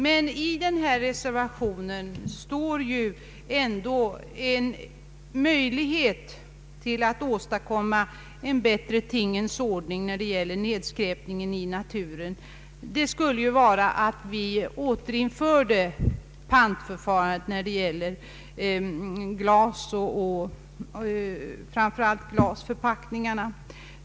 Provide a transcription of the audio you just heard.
Motionerna innehåller dock, anser jag, förslag som öppnar möjlighet att få till stånd en bättre tingens ordning då det gäller att komma till rätta med ned skräpningen i naturen, nämligen genom att pantförfarandet återinfördes, framför allt för glasförpackningar.